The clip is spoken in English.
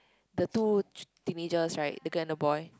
the two teenagers right the girl and the boy